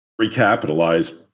recapitalize